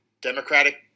Democratic